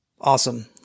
Awesome